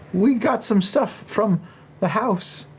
we got some stuff from the house.